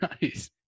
nice